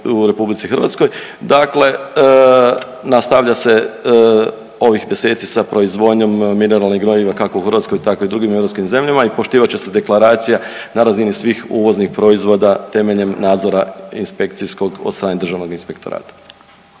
u RH, dakle nastavlja se ovih 10-ci sa proizvodnjom mineralnih gnojiva kako u Hrvatskoj tako i u drugim europskim zemljama i poštivat će se deklaracija na razini svih uvoznih proizvoda temeljem nadzora inspekcijskog od strane Državnog inspektorata.